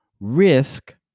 risk